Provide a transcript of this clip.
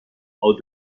how